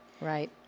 right